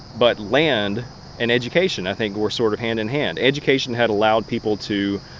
but land and education, i think, were sort of hand-in-hand. education had allowed people to,